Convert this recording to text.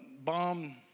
bomb